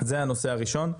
זה הנושא הראשון.